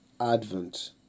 Advent